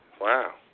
Wow